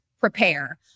prepare